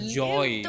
joy